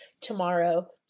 tomorrow